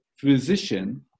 physician